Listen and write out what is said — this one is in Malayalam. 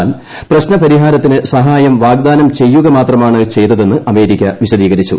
എന്നാൽ പ്രശ്നപരിഹാരത്തിന് സഹായം വാഗ്ദാനം ചെയ്യുക മാത്രമാണ് ചെയ്തതെന്ന് അമേരിക്ക വിശദീകരിച്ചു